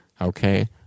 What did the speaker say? Okay